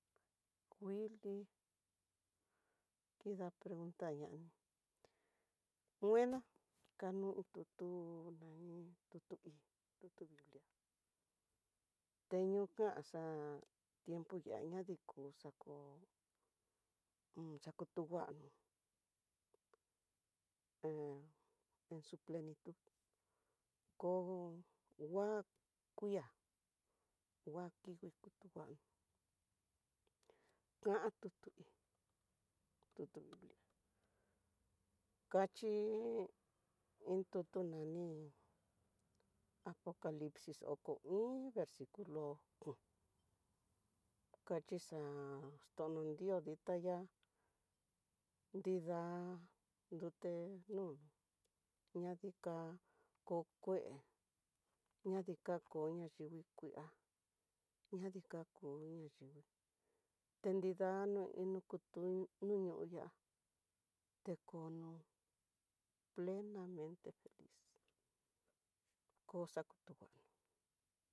Kuli kida preguntar ñano, nguena kanu tutu, tutu un tutu gulia teño kanxa, tiempo ña na niku xaku un xakutunguanó hé en su plenitud, kó ngua kue'a ngua kingui kutu nguano, kan tutu tutu nguili kachi iin tutu naní apocalisis oko iin versiculo o'on, kaxi xa'á ton no nriós dintaya nridad, nrida nrute no'o ñadika ko kue ñadika kó ñayingui kuia ña dikako ñayingui ta nida no kutun no yo ya'á, tekono plenamente feliz ko xakutu nguili.